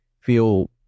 feel